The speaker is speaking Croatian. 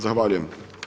Zahvaljujem.